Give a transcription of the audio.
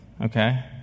Okay